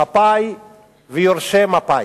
מפא"י ויורשי מפא"י.